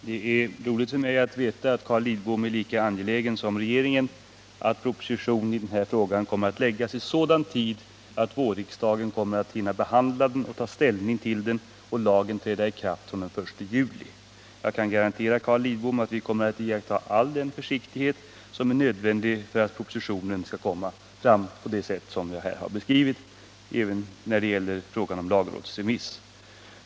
Herr talman! Det är roligt för mig att veta att Carl Lidbom är lika angelägen som regeringen om att en proposition i den här frågan kommer att kunna läggas fram i sådan tid att vårriksdagen hinner behandla den och lagen träda i kraft från den 1 juli. Jag kan garantera Carl Lidbom att vi kommer att iaktta all den försiktighet som är nödvändig för att lagrådsremissen och propositionen skall komma fram på det sätt som jag här har beskrivit.